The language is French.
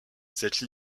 cette